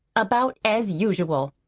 about as usual.